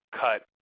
cut